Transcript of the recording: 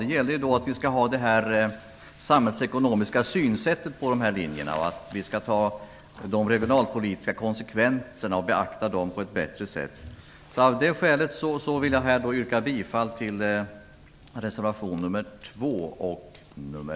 Det gäller att vi skall ha ett samhällsekonomiskt synsätt på dessa linjer och att vi skall ta de regionalpolitiska konsekvenserna och på ett bättre sätt beakta dessa. Av det skälet yrkar jag bifall till reservationerna nr 2 och nr